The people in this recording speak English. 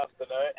afternoon